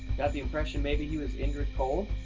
got the impression maybe he was indrid cold?